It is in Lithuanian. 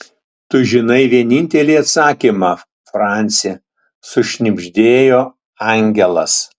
tu žinai vienintelį atsakymą franci sušnibždėjo angelas